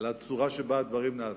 ולצורה שבה הדברים נעשים,